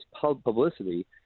publicity